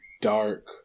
dark